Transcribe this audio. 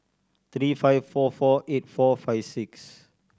three five four four eight four five six